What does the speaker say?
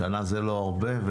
שנה זה לא הרבה,